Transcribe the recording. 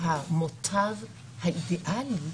המותב האידיאלי